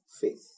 faith